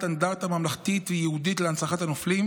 אנדרטה ממלכתית ייעודית להנצחת הנופלים,